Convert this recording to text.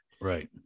right